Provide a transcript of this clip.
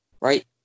Right